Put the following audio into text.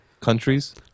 countries